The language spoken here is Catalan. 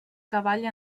cavall